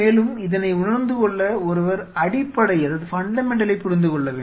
மேலும் இதனை உணர்ந்துகொள்ள ஒருவர் அடிப்படையைப் புரிந்துகொள்ள வேண்டும்